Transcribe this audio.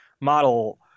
model